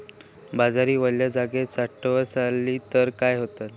बाजरी वल्या जागेत साठवली तर काय होताला?